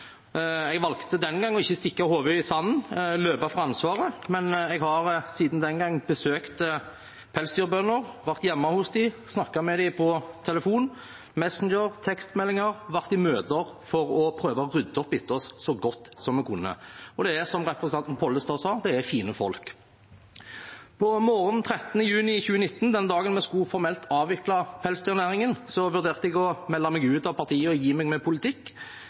Jeg valgte den gang ikke å stikke hodet i sanden og løpe fra ansvaret, men har siden da besøkt pelsdyrbønder, vært hjemme hos dem, snakket med dem via telefon, Messenger og tekstmeldinger og vært i møter for å prøve å rydde opp etter oss så godt vi kunne. Det er, som representanten Pollestad sa, fine folk. På morgenen 13. juni 2019, den dagen vi formelt skulle avvikle pelsdyrnæringen, vurderte jeg å melde meg ut av partiet og gi meg med politikk,